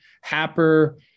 Happer